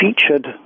featured